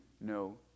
no